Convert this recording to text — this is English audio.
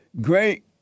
great